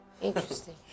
Interesting